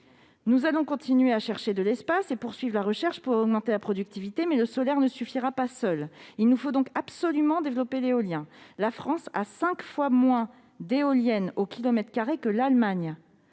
Nous allons continuer à chercher de l'espace et poursuivre la recherche pour augmenter la productivité, mais le solaire seul ne suffira pas. Il nous faut donc absolument développer l'éolien. « La France a cinq fois moins d'éoliennes au kilomètre carré que l'Allemagne,